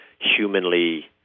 humanly